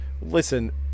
listen